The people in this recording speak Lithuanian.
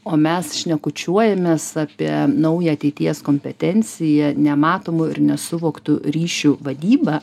o mes šnekučiuojamės apie naują ateities kompetenciją nematomų ir nesuvoktų ryšių vadybą